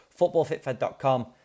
Footballfitfed.com